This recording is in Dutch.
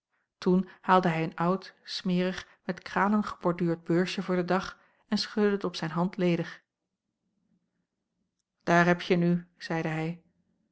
toen haalde hij een oud smerig met kralen geborduurd beursje voor den dag en schudde het op zijn hand ledig daar heb je nu zeide hij